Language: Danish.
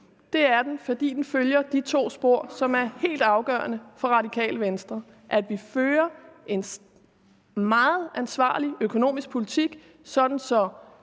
Det er den, fordi den følger de to spor, som er helt afgørende for Radikale Venstre. Vi fører en meget ansvarlig økonomisk politik, sådan at